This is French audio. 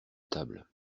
table